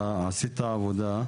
אתה עשית עבודה,